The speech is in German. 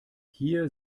hier